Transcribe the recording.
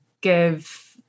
give